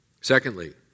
Secondly